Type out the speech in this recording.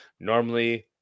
Normally